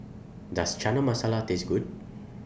Does Chana Masala Taste Good